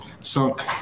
sunk